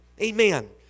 Amen